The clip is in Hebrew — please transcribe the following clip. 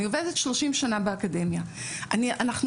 אני עובדת 30 שנה באקדמיה,